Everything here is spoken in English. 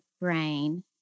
brain